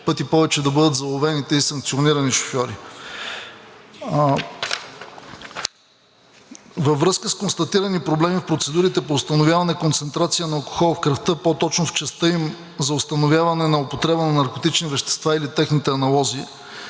пъти повече да бъдат заловени и санкционираните шофьори. Във връзка с констатирани проблеми в процедурите по установяване на концентрация на алкохол в кръвта, по-точно в частта им за установяване на употреба на наркотични вещества или техните аналози,